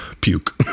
puke